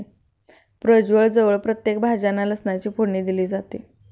प्रजवळ जवळ प्रत्येक भाज्यांना लसणाची फोडणी दिली जाते